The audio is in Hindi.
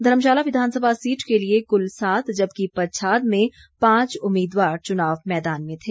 धर्मशाला विधानसभा सीट के लिए कुल सात जबकि पच्छाद में पांच उम्मीदवार चुनाव मैदान में थे